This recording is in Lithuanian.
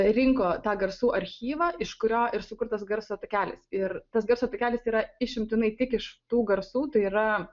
rinko tą garsų archyvą iš kurio ir sukurtas garso takelis ir tas garso takelis yra išimtinai tik iš tų garsų tai yra